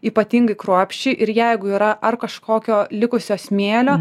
ypatingai kruopščiai ir jeigu yra ar kažkokio likusio smėlio